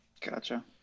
gotcha